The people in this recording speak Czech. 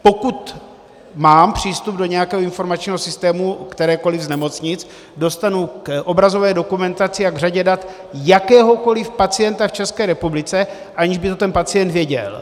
Pokud mám přístup do nějakého informačního systému kterékoliv z nemocnic, dostanu se k obrazové dokumentaci a k řadě dat jakéhokoliv pacienta v České republice, aniž by to ten pacient věděl.